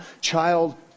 child